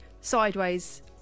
sideways